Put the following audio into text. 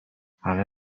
همه